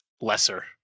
lesser